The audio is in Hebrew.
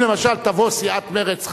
אם למשל תבוא סיעת מרצ,